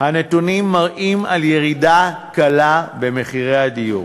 הנתונים מראים ירידה קלה במחירי הדיור.